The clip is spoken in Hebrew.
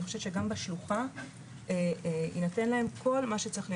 חושבת שגם בשלוחה יינתן להם כל מה שצריך.